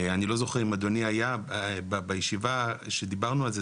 אני לא זוכר אם אדוני היה בישיבה שדיברנו על זה.